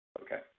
Okay